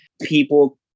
people